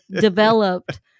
developed